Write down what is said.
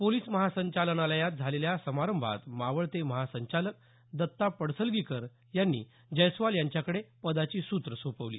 police महासंचालनालयात झालेल्या समारंभात मावळते महासंचालक दत्ता पडसलगीकर यांनी जैस्वाल यांच्याकडे पदाची सूत्रं सोपवली